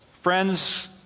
Friends